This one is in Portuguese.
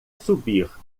subir